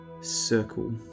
circle